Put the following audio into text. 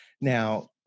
Now